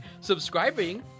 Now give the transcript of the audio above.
subscribing